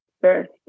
first